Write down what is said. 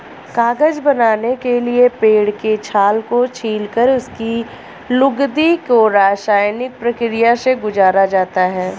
कागज बनाने के लिए पेड़ के छाल को छीलकर उसकी लुगदी को रसायनिक प्रक्रिया से गुजारा जाता है